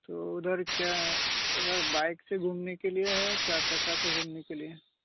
तो उधर क्या है उधर बाइक से घूमने के लिए है चार चक्का से घूमने के लिए